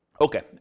Okay